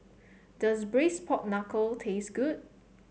does Braised Pork Knuckle taste good